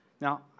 Now